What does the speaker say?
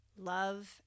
love